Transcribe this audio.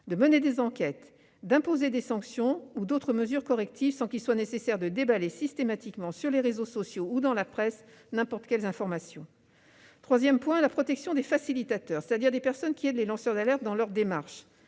de mener des enquêtes et d'imposer des sanctions ou d'autres mesures correctrices, sans qu'il soit nécessaire de déballer systématiquement sur les réseaux sociaux ou dans la presse n'importe quelles informations. Troisième point : la protection des facilitateurs, c'est-à-dire des personnes qui aident les lanceurs d'alerte dans leurs démarches.